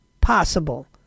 possible